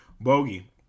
Bogey